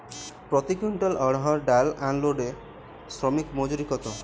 প্রতি কুইন্টল অড়হর ডাল আনলোডে শ্রমিক মজুরি কত?